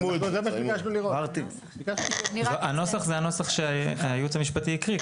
הנוסח זה הנוסח שהייעוץ המשפטי הקריא.